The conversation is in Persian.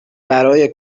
برای